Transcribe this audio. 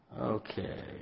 Okay